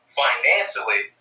financially